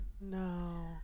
No